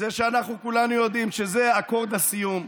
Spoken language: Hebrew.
שאנחנו כולנו יודעים שזה אקורד הסיום,